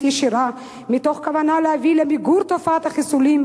ישירה מתוך כוונה להביא למיגור תופעת החיסולים.